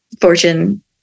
fortune